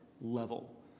level